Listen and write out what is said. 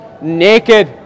naked